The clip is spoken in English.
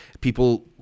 people